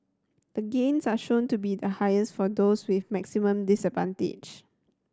the gains are shown to be highest for those with maximum disadvantage